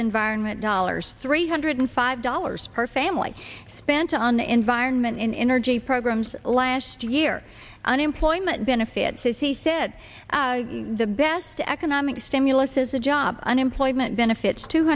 environment dollars three hundred five dollars per family spent on the environment in energy programs last year unemployment benefits as he said the best economic stimulus is a job unemployment benefits two